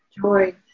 Joy